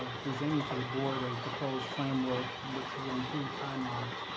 presenting to the board a proposed framework, which would include timelines.